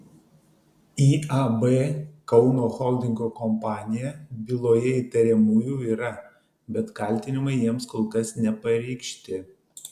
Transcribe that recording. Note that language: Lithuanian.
iab kauno holdingo kompanija byloje įtariamųjų yra bet kaltinimai jiems kol kas nepareikšti